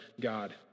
God